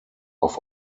auf